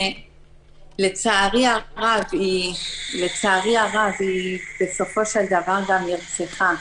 ולצערי הרב היא בסופו של דבר גם נרצחה.